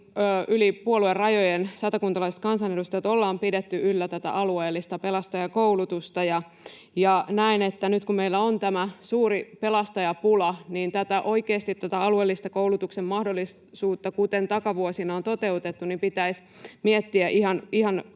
piti. Me kaikki satakuntalaiset kansanedustajat yli puoluerajojen ollaan pidetty yllä tätä alueellista pelastajakoulutusta. Näen, että nyt kun meillä on tämä suuri pelastajapula, niin oikeasti tätä alueellisen koulutuksen mahdollisuutta — kuten sitä takavuosina on toteutettu — pitäisi miettiä ihan